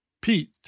Pete